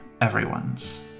everyone's